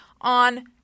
on